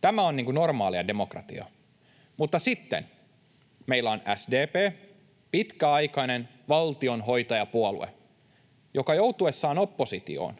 Tämä on normaalia demokratiaa. Mutta sitten meillä on SDP, pitkäaikainen valtionhoitajapuolue, joka joutuessaan oppositioon